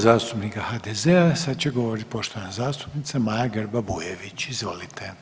zastupnika HDZ-a sad će govoriti poštovana zastupnica Maja Grba-Bujević, izvolite.